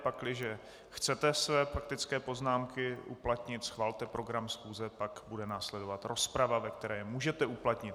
Pakliže chcete své faktické poznámky uplatnit, schvalte program schůze, pak bude následovat rozprava, ve které je můžete uplatnit.